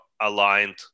aligned